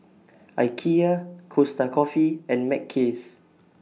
Ikea Costa Coffee and Mackays